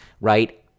right